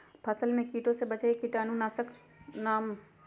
फसल में कीटों से बचे के कीटाणु नाशक ओं का नाम?